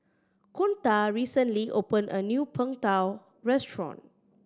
kunta recently opened a new Png Tao restaurant